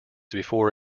before